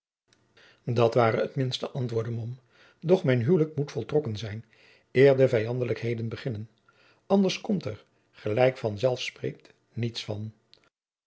dat ware het minste antwoordde mom doch mijn huwelijk moet voltrokken zijn eer de vijandelijkheden beginnen anders komt er gelijk van zelfs spreekt niets van